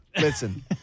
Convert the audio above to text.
listen